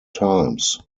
times